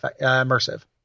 immersive